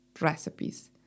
recipes